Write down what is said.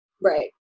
Right